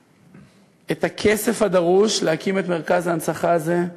כדי למצוא את הכסף הדרוש להקים את מרכז ההנצחה הזה,